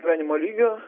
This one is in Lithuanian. gyvenimo lygio